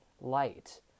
light